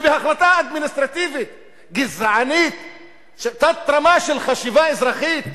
ובהחלטה אדמיניסטרטיבית גזענית של תת-רמה של חשיבה אזרחית,